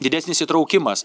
didesnis įtraukimas